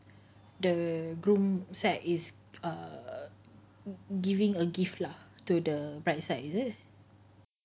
the groom side is giving a gift lah to the bride side is it